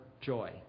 joy